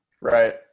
right